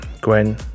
Gwen